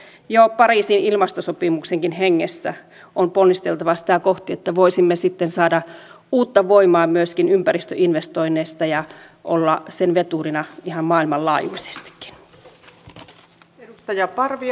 jo pariisin ilmastosopimuksenkin hengessä on ponnisteltava sitä kohti että voisimme sitten saada uutta voimaa myöskin ympäristöinvestoinneista ja olla sitten veturina ihan maailmanlaajuisestikin